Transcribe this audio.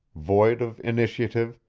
void of initiative,